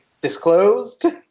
disclosed